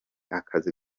akazi